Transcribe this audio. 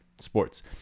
Sports